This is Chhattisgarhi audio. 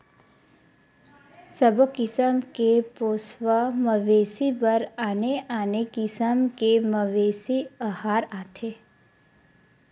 सबो किसम के पोसवा मवेशी बर आने आने किसम के मवेशी अहार आथे